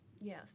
Yes